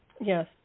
Yes